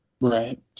right